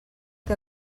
que